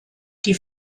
die